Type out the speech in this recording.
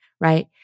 right